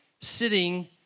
sitting